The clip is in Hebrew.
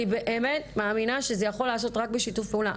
אני באמת מאמינה שזה יכול להיעשות בשיתוף פעולה,